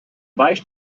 vice